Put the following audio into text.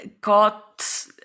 got